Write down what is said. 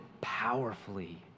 powerfully